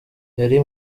yari